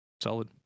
solid